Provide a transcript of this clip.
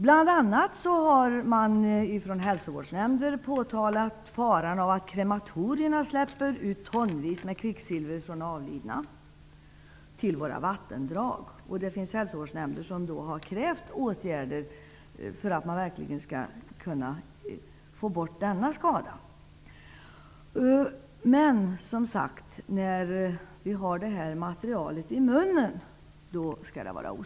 Bl.a. har man från hälsovårdsnämnder påtalat faran med att krematorierna släpper ut tonvis med kvicksilver från avlidna till våra vattendrag. Olika hälsovårdsnämnder har krävt åtgärder mot detta. Men som sagt: Detta material anses vara oskadligt när vi har det i munnen.